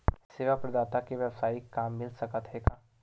सेवा प्रदाता के वेवसायिक काम मिल सकत हे का?